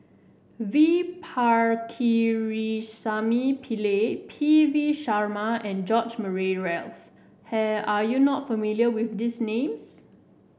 V Pakirisamy Pillai P V Sharma and George Murray Reith Are you not familiar with these names